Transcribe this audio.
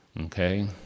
okay